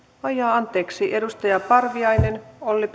anteeksi edustaja parviainen olli